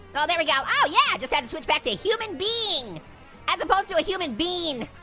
oh there we go. oh yeah just had to switch back to human being as opposed to a human bean.